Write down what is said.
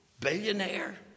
billionaire